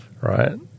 Right